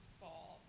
fall